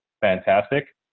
fantastic